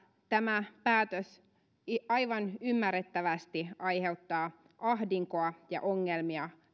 tämä päätös aivan ymmärrettävästi aiheuttaa ravintoloille ja ravintolayrittäjille ahdinkoa ja ongelmia